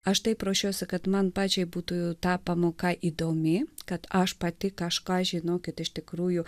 aš taip ruošiuosi kad man pačiai būtų tą pamoką įdomi kad aš pati kažką žinokit iš tikrųjų